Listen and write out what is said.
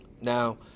Now